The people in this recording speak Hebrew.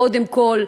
קודם כול,